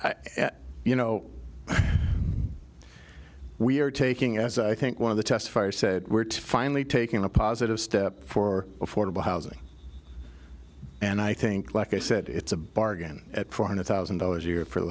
year you know we're taking as i think one of the test fire said we're to finally taking a positive step for affordable housing and i think like i said it's a bargain at four hundred thousand dollars a year for the